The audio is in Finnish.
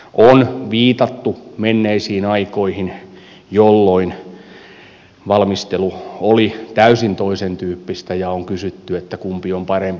on viitattu menneisiin aikoihin jolloin valmistelu oli täysin toisentyyppistä ja on kysytty että kumpi on parempi